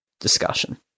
discussion